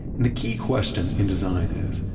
and the key question in design is,